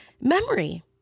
Memory